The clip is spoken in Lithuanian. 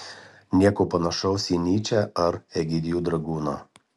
nieko panašaus į nyčę ar egidijų dragūną